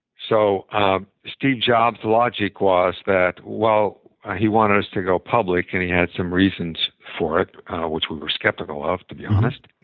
so ah steve jobs' logic was that while he wanted us to go public, and he had some reasons for it which we were skeptical of, to be honest,